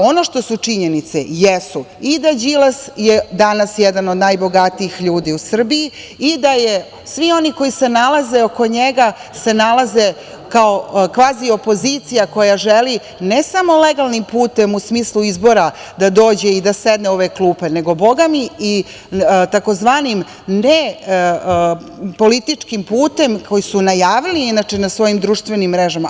Ono što su činjenice jeste i da je Đilas danas jedan od najbogatijih ljudi u Srbiji, da svi oni koji se nalaze oko njega se nalaze kao kvaziopozicija koja želi, ne samo legalnim putem, u smislu izbora da dođe i da sedne u ove klupe, nego i tzv. nepolitičkim putem koji su najavili na svojim društvenim mrežama.